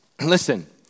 Listen